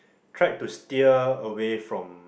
tried to steer away from